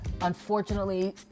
unfortunately